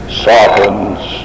softens